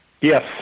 Yes